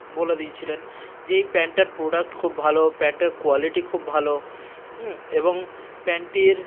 বলে দিইছিলেন যে প্যান্টটার প্রোডাক্ট খুব ভালো প্যান্টটার কোয়ালিটি খুব ভালো হুম এবং প্যান্টটির